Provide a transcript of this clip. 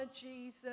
Jesus